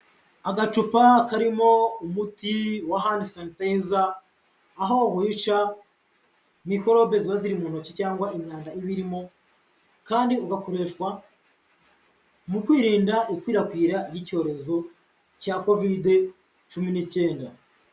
Agacupa karimo umuti wa hand sunitizer aho wica mikorobe ziba ziri mu ntoki cyangwa imyanda iba irimo kandi ugakoreshwa mu kwirinda ikwirakwira ry'icyorezo cya kovide cumi n'icyenda.